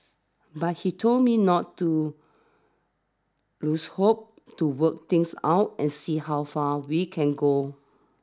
but he told me not to lose hope to work things out and see how far we can go